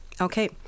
Okay